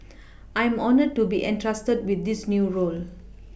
I am honoured to be entrusted with this new role